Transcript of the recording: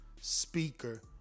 speaker